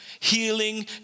healing